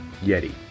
Yeti